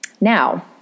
Now